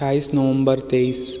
बाइस नवम्बर तेईस